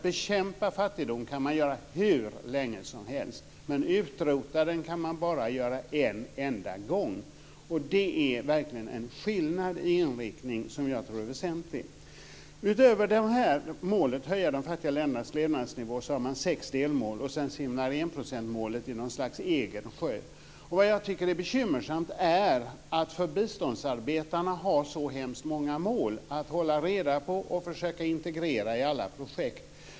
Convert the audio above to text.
Bekämpa fattigdomen kan man göra hur länge som helst. Men utrota den kan man bara göra en enda gång. Det är verkligen en skillnad i inriktning som är väsentlig. Utöver målet att höja de fattiga ländernas levnadsnivå har man sex delmål och sedan simmar enprocentsmålet i något slags egen sjö. Det som är bekymmersamt för biståndsarbetarna är att de har så hemskt många mål att hålla reda på och försöka att integrera i alla projekt.